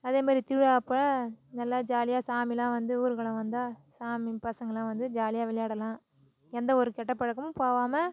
அதேமாரி திருவிழா அப்போ நல்லா ஜாலியா சாமிலாம் வந்து ஊர்கோலம் வந்தால் சாமி பசங்கள்லாம் வந்து ஜாலியாக விளையாடலாம் எந்த ஒரு கெட்ட பழக்கமும் போகாம